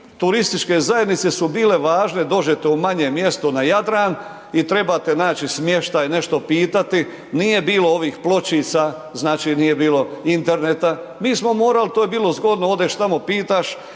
turističke zajednice su bile važne, dođete u manje mjesto na Jadran i trebate naći smještaj, nešto pitati, nije bilo ovih pločica, znači nije bilo interneta, mi smo morali to je bilo zgodno, odeš tamo pitaš,